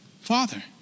father